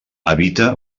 habita